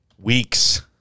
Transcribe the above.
weeks